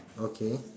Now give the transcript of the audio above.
okay